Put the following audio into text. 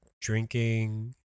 drinking